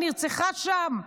ונרצחה שם.